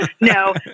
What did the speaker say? no